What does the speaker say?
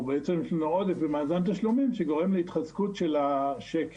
או בעצם יש לנו עודף במאזן תשלומים שגורם להתחזקות של השקל.